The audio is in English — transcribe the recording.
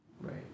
right